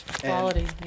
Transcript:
quality